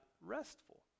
restful